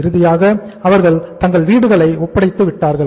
இறுதியாக அவர்கள் தங்களது வீடுகளை ஒப்படைத்து விட்டார்கள்